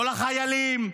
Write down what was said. לא לחיילים,